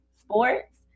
sports